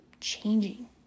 changing